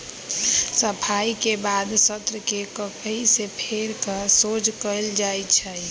सफाई के बाद सन्न के ककहि से फेर कऽ सोझ कएल जाइ छइ